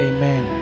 Amen